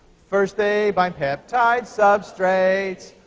first they bind peptide substrates,